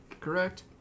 correct